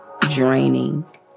draining